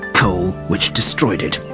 coal which destroyed it,